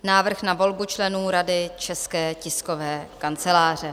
Návrh na volbu členů Rady České tiskové kanceláře